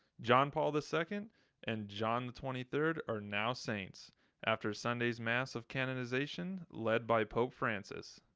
john paul the second and john the twenty third are now saints after sunday's mass of canonization led by pope francis.